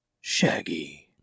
Shaggy